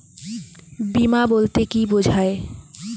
বিমা বলতে কি বোঝায়?